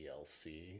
dlc